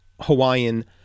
Hawaiian